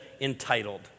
entitled